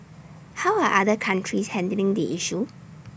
how are other countries handling the issue